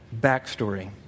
backstory